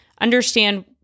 understand